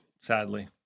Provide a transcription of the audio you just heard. sadly